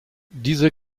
diese